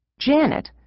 Janet